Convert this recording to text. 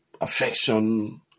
affection